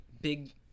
big –